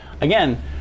again